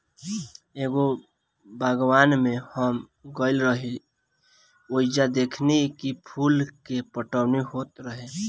एगो बागवान में हम गइल रही ओइजा देखनी की फूल के पटवनी होत रहे